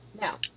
Now